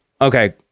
okay